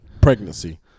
pregnancy